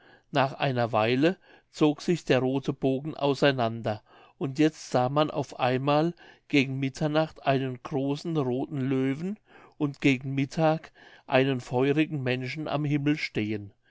nach einer weile zog sich der rothe bogen auseinander und jetzt sah man auf einmal gegen mitternacht einen großen rothen löwen und gegen mittag einen feurigen menschen am himmel stehen